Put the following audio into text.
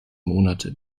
monate